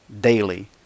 daily